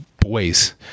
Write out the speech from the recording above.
boys